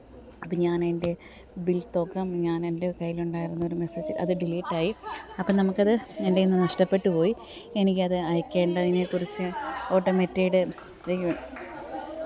അപ്പം ഞാൻ എൻ്റെ ബിൽ തുക ഞാൻ എൻ്റെ കൈയ്യിൽ ഉണ്ടായിരുന്നൊരു മെസ്സേജ് അത് ഡിലീറ്റായി അപ്പം നമുക്ക് അത് എൻ്റയ്ന്ന് നഷ്ടപ്പെട്ടു പോയി എനിക്ക് അത് അയക്കേണ്ടതിനെ കുറിച്ച് ഓട്ടോമാമേറ്റെഡ് സീൻ